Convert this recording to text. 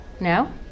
No